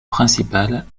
principale